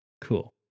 cool